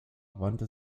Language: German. wandte